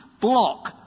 block